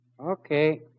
Okay